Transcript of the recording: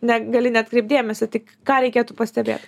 ne gali neatkreipt dėmesio tik ką reikėtų pastebėt